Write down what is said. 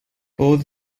both